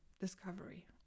discovery